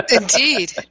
Indeed